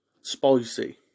Spicy